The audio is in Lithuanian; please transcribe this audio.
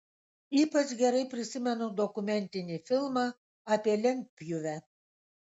ypač gerai prisimenu dokumentinį filmą apie lentpjūvę